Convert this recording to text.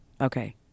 Okay